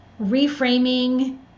reframing